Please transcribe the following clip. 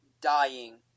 dying